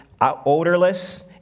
odorless